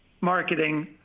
marketing